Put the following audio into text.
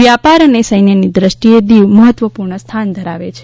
વ્યાપાર અને સૈન્યની દ્રષ્ટિએ દીવ મહત્વપૂર્ણ સ્થાન ધરાવે છે